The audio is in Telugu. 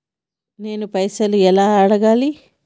నేను పైసలు ఎలా అడగాలి?